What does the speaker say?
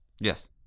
yes